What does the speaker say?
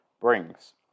brings